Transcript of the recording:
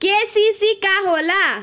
KCC का होला?